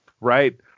Right